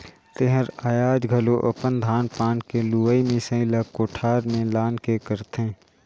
तेहर आयाज घलो अपन धान पान के लुवई मिसई ला कोठार में लान के करथे